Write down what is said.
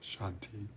Shanti